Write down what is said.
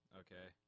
okay